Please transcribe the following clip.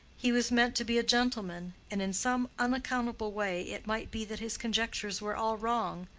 he was meant to be a gentleman, and in some unaccountable way it might be that his conjectures were all wrong.